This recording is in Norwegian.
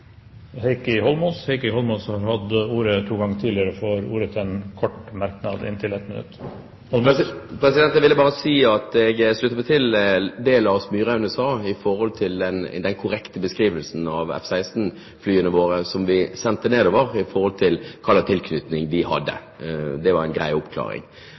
får ordet til en kort merknad, begrenset til 1 minutt. Jeg ville bare si at jeg slutter meg til det Lars Myraune sa om den korrekte beskrivelsen av F-16-flyene som vi sendte nedover, og hva slags tilknytning de hadde. Det var en grei oppklaring.